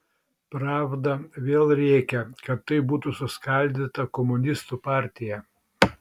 pravda vėl rėkia kad taip būtų suskaldyta komunistų partija